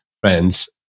friends